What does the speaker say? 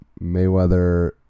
Mayweather